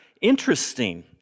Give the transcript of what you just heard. interesting